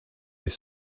les